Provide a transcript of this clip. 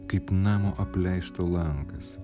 kaip namo apleisto langas